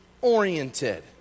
oriented